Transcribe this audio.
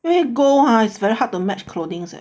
以为 gold ha is very hard to match clothing eh